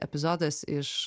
epizodas iš